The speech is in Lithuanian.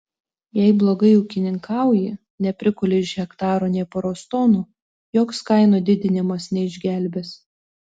jei blogai ūkininkauji neprikuli iš hektaro nė poros tonų joks kainų didinimas neišgelbės